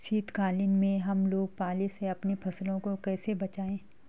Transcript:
शीतकालीन में हम लोग पाले से अपनी फसलों को कैसे बचाएं?